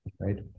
Right